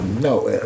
No